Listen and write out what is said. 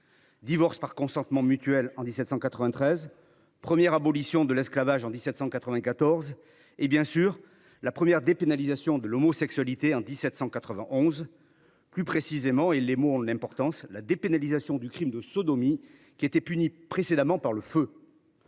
divorce par consentement mutuel en 1793, la première abolition de l’esclavage en 1794 et, bien sûr, la première dépénalisation de l’homosexualité en 1791, ou plus précisément – les mots ont leur importance – la suppression du crime de sodomie, qui était jusqu’alors puni par le feu.